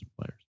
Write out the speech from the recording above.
players